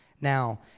Now